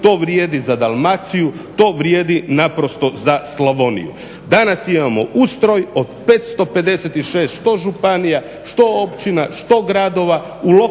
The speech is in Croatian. to vrijedi za Dalmaciju, to vrijedi naprosto za Slavoniju. Danas imamo ustroj od 556 što županija, što općina, što gradova,